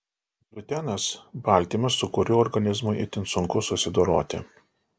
gliutenas baltymas su kuriuo organizmui itin sunku susidoroti